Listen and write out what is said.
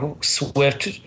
swift